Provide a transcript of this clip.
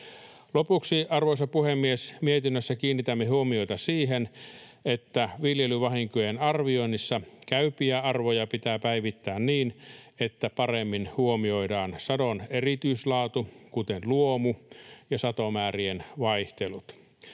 Lopuksi, arvoisa puhemies, mietinnössä kiinnitämme huomiota siihen, että viljelyvahinkojen arvioinnissa käypiä arvoja pitää päivittää niin, että paremmin huomioidaan sadon erityislaatu, kuten luomu ja satomäärien vaihtelut.